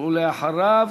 3353,